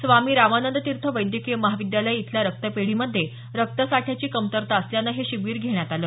स्वामी रामानंद तीर्थ वैद्यकीय महाविद्यालय इथल्या रक्तपेढीमध्ये रक्तसाठ्याची कमतरता असल्यानं हे शिबीर घेण्यात आलं